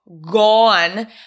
gone